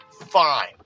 Fine